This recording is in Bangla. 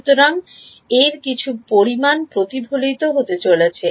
সুতরাং এর কিছু পরিমাণ প্রতিফলিত হতে চলেছে